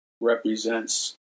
represents